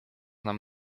nam